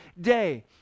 day